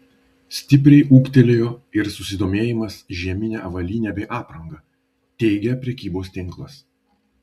stipriai ūgtelėjo ir susidomėjimas žiemine avalyne bei apranga teigia prekybos tinklas